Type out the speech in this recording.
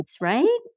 right